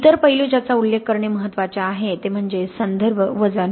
इतर पैलू ज्याचा उल्लेख करणे महत्त्वाचे आहे ते म्हणजे संदर्भ वजन